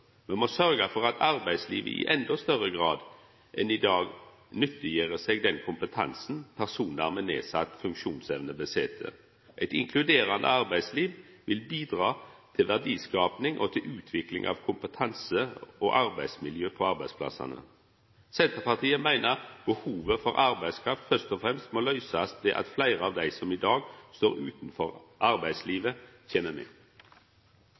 Me må sørgja for at arbeidslivet i endå større grad enn i dag nyttiggjer seg den kompetansen personar med nedsett funksjonsevne har. Eit inkluderande arbeidsliv vil bidra til verdiskaping og til utvikling av kompetanse og arbeidsmiljø på arbeidsplassane. Senterpartiet meiner behovet for arbeidskraft først og fremst må løysast ved at fleire av dei som i dag står utanfor arbeidslivet, kjem med. Det er mye å glede seg over i norsk arbeidsliv.